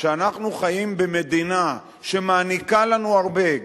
שאנחנו חיים במדינה שמעניקה לנו הרבה,